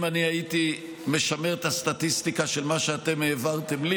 אם אני הייתי משמר את הסטטיסטיקה של מה שאתם העברתם לי,